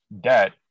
debt